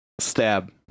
Stab